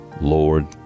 Lord